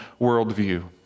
worldview